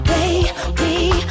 Baby